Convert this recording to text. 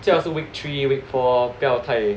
这样是 week three week four 不要太